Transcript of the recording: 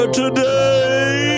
today